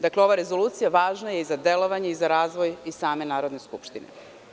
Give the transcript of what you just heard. Dakle, ova rezolucija važna je, i za delovanje, i za razvoj i same Narodne skupštine.